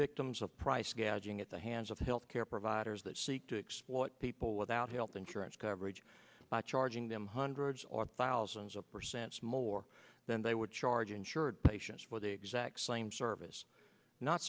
victims of price gouging at the hands of health care providers that seek to exploit people without health insurance coverage by charging them hundreds or thousands of percents more than they would charge insured patients with the exact same service not